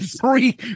three